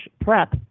prep